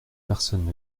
personne